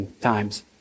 times